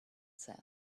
said